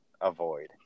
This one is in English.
avoid